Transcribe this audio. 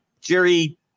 Jerry –